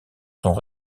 sont